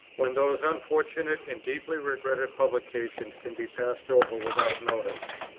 when those unfortunate and deeply regretted publications can be passed over without notice,